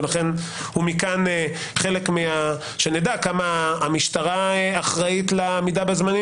ומכאן שנדע כמה המשטרה אחראית לעמידה בזמנים